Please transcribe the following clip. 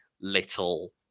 little